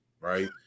right